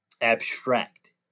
abstract